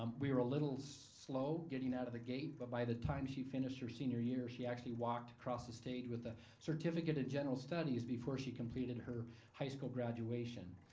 um we were a little slow getting out of the gate, but by the time she finished her senior year, she actually walked across the stage with a certificate in general studies before she completed her high school graduation.